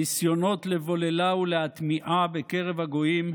ניסיונות לבוללה ולהטמיעה בקרב הגויים,